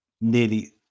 nearly